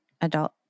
adult